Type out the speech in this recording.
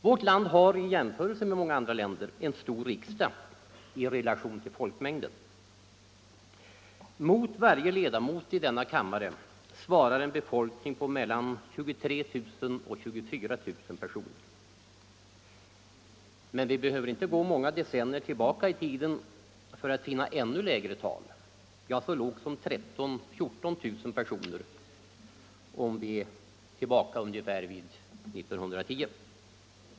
Vårt land har, i jämförelse med många andra länder, en stor riksdag i relation till folkmängden. Mot varje ledamot i denna kammare svarar en befolkning på mellan 23 000 och 24000 personer. Men vi behöver inte gå många decennier tillbaka i tiden för att finna ännu lägre tal —så lågt som 13 000 å 14 000 personer om vi går tillbaka ungefär till 1910.